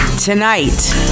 Tonight